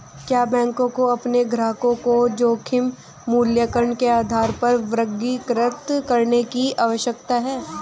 क्या बैंकों को अपने ग्राहकों को जोखिम मूल्यांकन के आधार पर वर्गीकृत करने की आवश्यकता है?